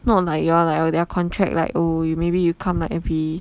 not like you all like their contract like oh you maybe you come like every